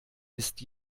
ist